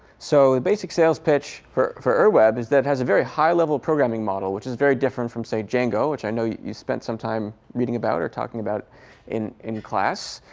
so the basic sales pitch for for ur web is that it has a very high level programming model, which is very different from, say, django, which i know you you spent some time reading about or talking about in in class.